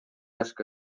oska